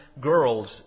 girls